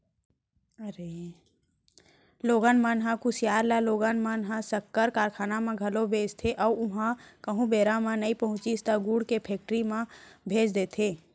लोगन मन ह कुसियार ल लोगन मन ह सक्कर कारखाना म घलौ भेजथे अउ उहॉं कहूँ बेरा म नइ पहुँचिस त गुड़ के फेक्टरी म भेज देथे